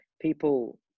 people